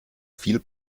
viel